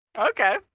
Okay